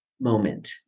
moment